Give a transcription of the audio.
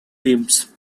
teams